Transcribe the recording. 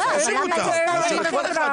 ודאי שמותר, כמו שלכל אחד מותר.